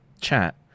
chat